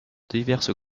diverses